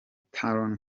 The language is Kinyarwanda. talon